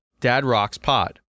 dadrockspod